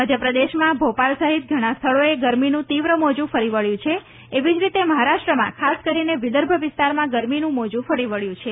મધ્યપ્રદેશમાં ભોપાલ સહિત ઘણા સ્થળોએ ગરમીનું તીવ્ર મોજું ફરી વળ્યું છે એવી જ રીતે મહારાષ્ટ્રના ખાસ કરીને વિદર્ભ વિસ્તારમાં ગરમીનું મોજું ફરી વળ્યું છે